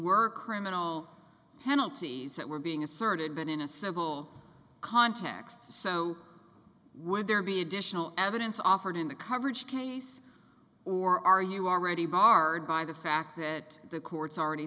were criminal penalties that were being asserted but in a civil context so would there be additional evidence offered in the coverage case or are you already barred by the fact that the courts already